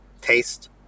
taste